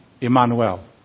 Immanuel